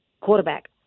quarterback